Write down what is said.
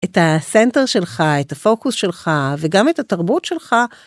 את הסנטר שלך את הפוקוס שלך וגם את התרבות שלך.